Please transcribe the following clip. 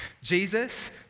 Jesus